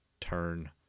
turn